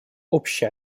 общая